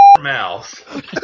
mouth